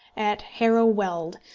at harrow weald,